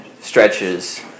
stretches